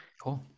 Cool